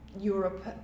Europe